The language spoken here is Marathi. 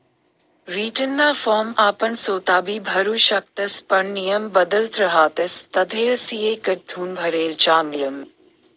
रीटर्नना फॉर्म आपण सोताबी भरु शकतस पण नियम बदलत रहातस तधय सी.ए कडथून भरेल चांगलं